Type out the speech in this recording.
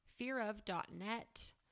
fearof.net